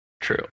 true